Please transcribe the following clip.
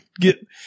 get